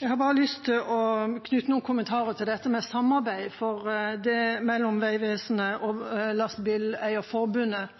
Jeg har bare lyst til å knytte noen kommentarer til dette med samarbeid mellom Vegvesenet og Lastebileierforbundet,